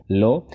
low